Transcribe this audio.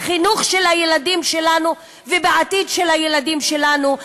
ובחינוך של הילדים שלנו ובעתיד של הילדים שלנו.